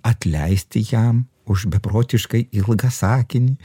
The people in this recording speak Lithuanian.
atleisti jam už beprotiškai ilgą sakinį